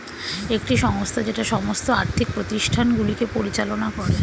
একটি সংস্থা যেটা সমস্ত আর্থিক প্রতিষ্ঠানগুলিকে পরিচালনা করে